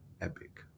epic